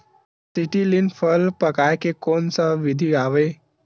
Acetylene फल पकाय के कोन सा विधि आवे?